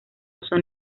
oso